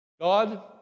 God